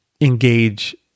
engage